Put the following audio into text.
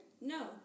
No